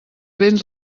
béns